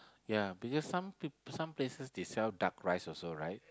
ya because some people some places they sell duck rice also right